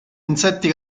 insetti